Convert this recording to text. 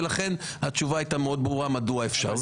ולכן התשובה הייתה מאוד ברורה מדוע אפשר.